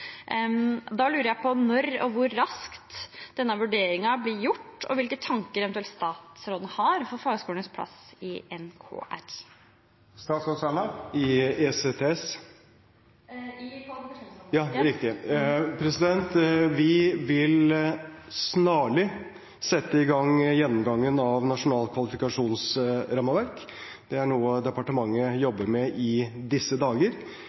Da lurer jeg på når og hvor raskt denne vurderingen blir gjort, og hvilke tanker eventuelt statsråden har for fagskolenes plass i NKR. I ECTS? I kvalifikasjonsrammeverket. Vi vil snarlig sette i gang gjennomgangen av Nasjonalt kvalifikasjonsrammeverk. Det er noe departementet jobber med i disse dager.